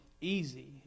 easy